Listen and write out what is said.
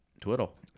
twiddle